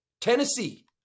Tennessee